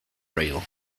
rail